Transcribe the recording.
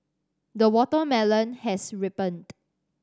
the watermelon has ripened